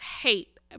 hate